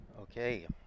Okay